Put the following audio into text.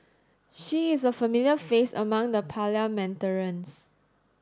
she is a familiar face among the parliamentarians